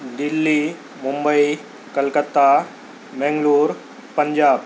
Delhi Mumbai Kolkata Bangalore Punjab